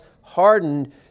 hardened